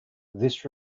this